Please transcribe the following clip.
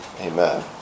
Amen